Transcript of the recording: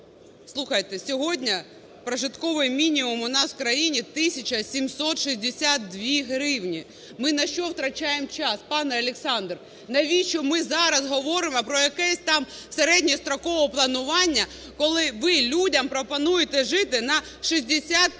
Слухайте, сьогодні прожитковий мінімум у нас в країні 1 тисяча 762 гривні. Ми на що втрачаємо час? Пане Олександре, навіщо ми зараз говоримо про якесь там середньострокове планування, коли ви людям пропонуєте жити на 65 доларів